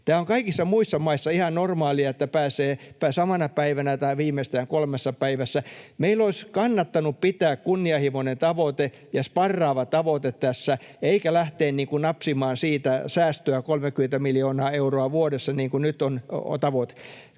Tämä on kaikissa muissa maissa ihan normaalia, että pääsee samana päivänä tai viimeistään kolmessa päivässä. Meidän olisi kannattanut pitää kunnianhimoinen ja sparraava tavoite tässä eikä lähteä napsimaan siitä säästöä 30 miljoonaa euroa vuodessa, niin kuin nyt on tavoite.